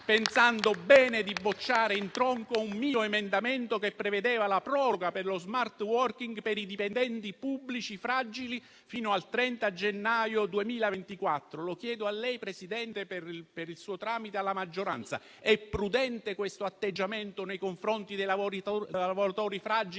pensando bene di bocciare in tronco un mio emendamento che prevedeva la proroga dello *smart working* per i dipendenti pubblici fragili fino al 30 gennaio 2024? Lo chiedo a lei, signor Presidente, e, per il suo tramite, alla maggioranza: è prudente questo atteggiamento nei confronti dei lavoratori fragili